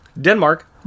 denmark